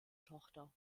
tochter